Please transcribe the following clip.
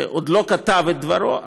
שעוד לא כתב את דברו,